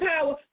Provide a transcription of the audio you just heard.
power